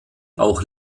auch